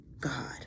god